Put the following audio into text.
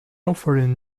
offering